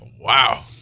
Wow